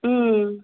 ওম